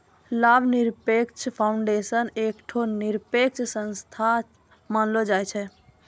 लाभ निरपेक्ष फाउंडेशन एकठो निरपेक्ष संस्था मानलो जाय छै